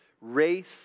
race